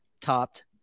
topped